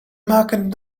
maken